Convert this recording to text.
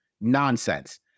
Nonsense